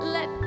Let